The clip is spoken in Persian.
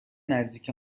نزدیک